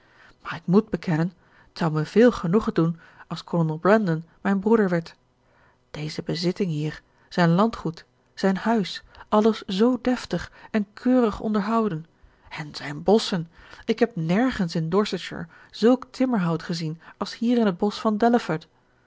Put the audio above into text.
maar ik moet bekennen t zou mij veel genoegen doen als kolonel brandon mijn broeder werd deze bezitting hier zijn landgoed zijn huis alles zoo deftig en keurig onderhouden en zijn bosschen ik heb nergens in dorsetshire zulk timmerhout gezien als hier in het bosch van delaford